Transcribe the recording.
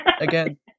Again